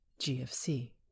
GFC